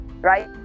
right